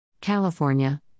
California